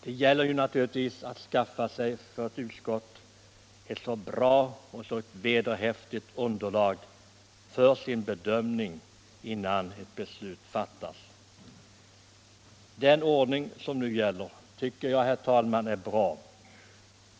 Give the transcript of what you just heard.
Det gäller naturligtvis för ett utskott att skaffa sig ett bra och vederhäftigt underlag för sin bedömning innan ett beslut fattas. Den ordning som nu gäller tycker jag, herr talman, är bra.